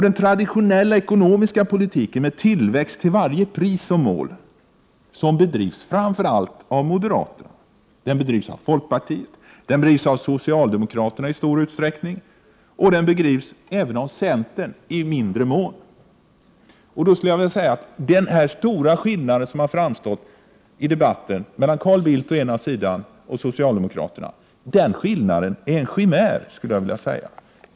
Den traditionella ekonomiska politiken med tillväxt till varje pris som mål bedrivs framför allt av moderaterna, den bedrivs av folkpartiet och i stor utsträckning av socialdemokraterna, och den bedrivs även av centern i mindre mån. Den stora skillnad mellan Carl Bildt å ena sidan och socialdemokraterna å andra sidan som debatten ger sken av är en chimär.